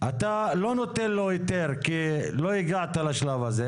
שאתה לא נותן לו היתר כי לא הגעת לשלב הזה